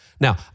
Now